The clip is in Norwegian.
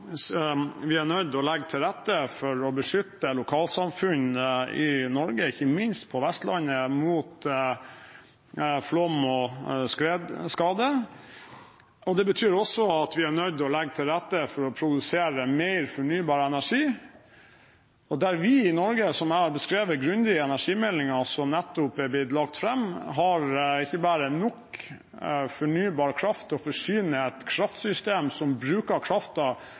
legge til rette for å beskytte lokalsamfunn i Norge, ikke minst på Vestlandet, mot flom- og skredskader, og det betyr også at vi er nødt til å legge til rette for å produsere mer fornybar energi, og der vi i Norge, som jeg har beskrevet grundig i energimeldingen som nettopp er blitt lagt fram, ikke bare har nok fornybar kraft til å forsyne et kraftsystem som bruker